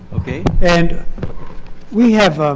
okay. and we have